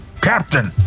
Captain